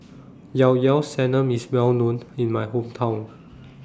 Ilao Ilao Sanum IS Well known in My Hometown